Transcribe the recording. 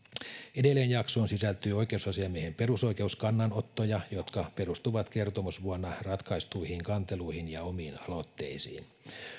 edelleen jaksoon sisältyy oikeusasiamiehen perusoikeuskannanottoja jotka perustuvat kertomusvuonna ratkaistuihin kanteluihin ja omiin aloitteisiin